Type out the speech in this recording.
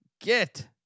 get